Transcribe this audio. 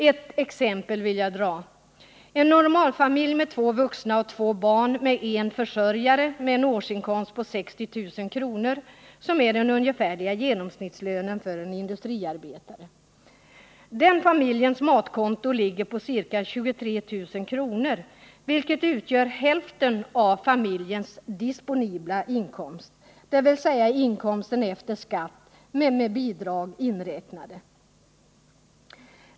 Jag vill ta ett exempel. En normalfamilj med två vuxna och två barn och med en försörjare har en årsinkomst på 60 000 kr., som är den genomsnittliga lönen för en industriarbetare. Den familjens matkonto ligger på ca 23 000 kr., vilket utgör hälften av familjens disponibla inkomst, dvs. inkomsten efter skatt men med bidrag inräknade.